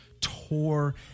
tore